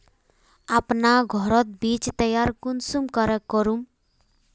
अपना घोरोत बीज तैयार कुंसम करे करूम?